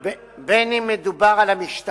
מה עם, בין שמדובר על המשטרה,